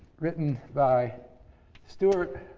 written by stewart